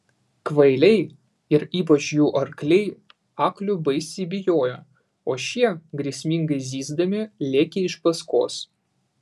kvailiai ir ypač jų arkliai aklių baisiai bijojo o šie grėsmingai zyzdami lėkė iš paskos